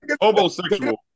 Homosexual